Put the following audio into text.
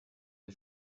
sie